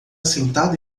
sentado